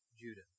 Judah